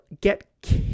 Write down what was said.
get